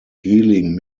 healing